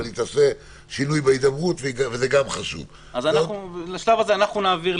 אבל אני חושב שאנחנו צריכים לחתור